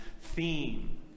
theme